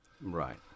Right